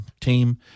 team